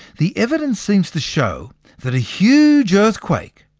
the evidence seems to show that a huge earthquake,